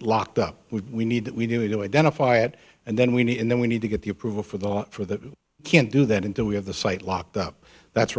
locked up we need that we need to identify it and then we need and then we need to get the approval for the for that can't do that until we have the site locked up that's